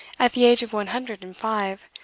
at the age of one hundred and five,